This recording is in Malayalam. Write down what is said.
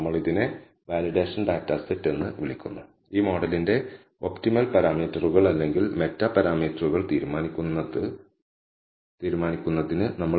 നമ്മൾ ഇതിനെ വാലിഡേഷൻ ഡാറ്റാ സെറ്റ് എന്ന് വിളിക്കുന്നു ഈ മോഡലിന്റെ ഒപ്റ്റിമൽ പാരാമീറ്ററുകൾ അല്ലെങ്കിൽ മെറ്റാ പാരാമീറ്ററുകൾ തീരുമാനിക്കുന്നതിന് നമ്മൾ വാലിഡേഷൻ ഡാറ്റ സെറ്റ് ഉപയോഗിക്കുന്നു